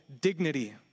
dignity